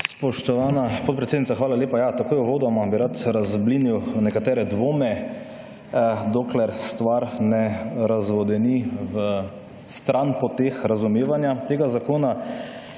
Spoštovana podpredsednica, hvala lepa. Takoj uvodoma bi rad razblinil nekatere dvome, dokler stvar ne razvodeni v stran poteh razumevanja tega zakona.